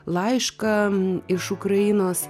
laišką iš ukrainos